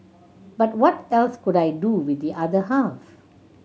but what else could I do with the other half